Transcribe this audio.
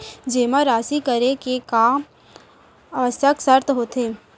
जेमा राशि करे के का आवश्यक शर्त होथे?